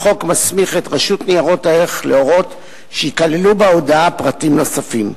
החוק מסמיך את הרשות לניירות ערך להורות שייכללו בהודעה פרטים נוספים.